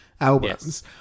albums